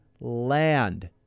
land